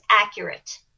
accurate